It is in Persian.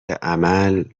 عمل